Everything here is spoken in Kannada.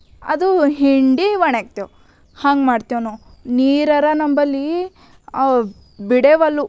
ಅದು ಹಿಂಡಿ ಒಣಗ್ತೇವೆ ಹಂಗೆ ಮಾಡ್ತೇವೆ ನಾವು ನೀರಾರ ನಮ್ಮಲ್ಲಿ ಬಿಡೆವಲ್ಲು